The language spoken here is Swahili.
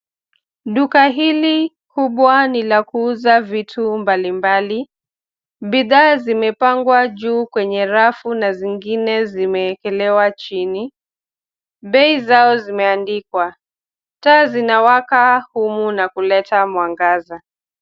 Duka hili kubwa ni la kuuza vitu mbalimbali. Bidhaa zimepangwa juu kwenye rafu na zingine zimeekelewa chini. Bei zao zimeandikwa. Taa zinawaka humu na kuleta mwangaza.